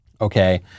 Okay